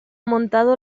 montado